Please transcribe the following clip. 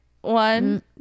one